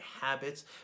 habits